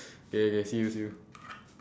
okay okay see you see you